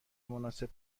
مناسب